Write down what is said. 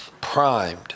primed